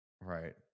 right